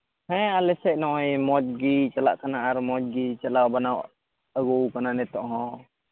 ᱦᱮᱸ ᱟᱞᱮ ᱥᱮᱡ ᱱᱚᱜᱼᱚᱭ ᱢᱚᱡᱽ ᱜᱮ ᱪᱟᱞᱟᱜ ᱠᱟᱱᱟ ᱟᱨ ᱢᱚᱡᱽ ᱜᱮ ᱪᱟᱞᱟᱣ ᱵᱟᱱᱟᱣ ᱟᱹᱜᱩᱣᱟᱠᱟᱱᱟ ᱱᱤᱛᱚᱜ ᱦᱚᱸ